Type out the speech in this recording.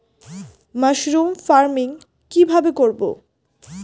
Mushroom farming কি ভাবে করব?